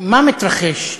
מה מתרחש?